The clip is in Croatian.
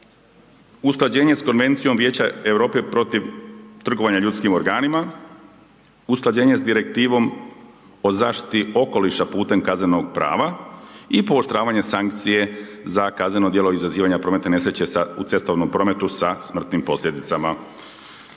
Usklađenje s Konvencijom Vijeća Europe protiv trgovanja ljudskim organima, usklađenja s Direktivom o zaštiti okoliša putem kaznenom prava i pooštravanje sankcije za kazneno djelo izazivanja prometne nesreće u cestovnom prometu sa smrtnim posljedicama.